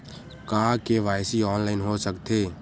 का KYC online हो सकथे?